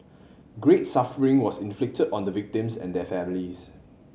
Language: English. great suffering was inflicted on the victims and their families